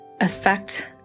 affect